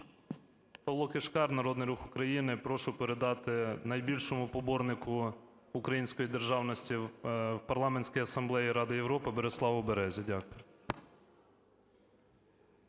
Павло Кишкар, Народний Рух України. Прошу передати найбільшому поборнику української державності в Парламентській асамблеї Ради Європи Бориславу Березі. Дякую.